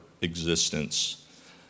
existence